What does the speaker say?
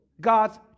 God's